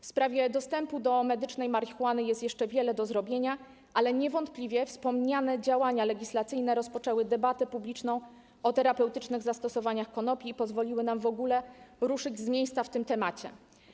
W sprawie dostępu do medycznej marihuany jest jeszcze wiele do zrobienia, ale niewątpliwie wspomniane działania legislacyjne rozpoczęły debatę publiczną o terapeutycznych zastosowaniach konopi i pozwoliły nam w ogóle ruszyć z miejsca, jeśli chodzi o ten temat.